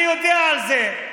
אני יודע על זה.